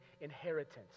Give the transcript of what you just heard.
inheritance